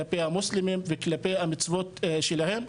כלפי המוסלמים וכלפי המצוות שלהם.